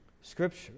Scripture